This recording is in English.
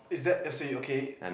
is that actually okay